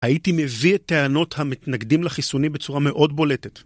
הייתי מביא את טענות המתנגדים לחיסונים בצורה מאוד בולטת.